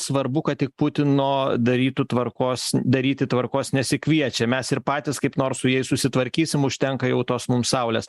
svarbu kad tik putino darytų tvarkos daryti tvarkos nesikviečia mes ir patys kaip nors su jais susitvarkysim užtenka jau tos mums saulės